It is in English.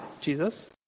Jesus